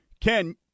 Ken